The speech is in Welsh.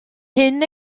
hyn